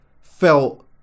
felt